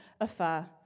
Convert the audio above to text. afar